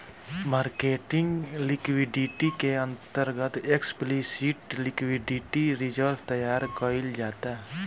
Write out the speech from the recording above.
marketing liquidity के अंतर्गत explicit liquidity reserve तैयार कईल जाता